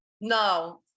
No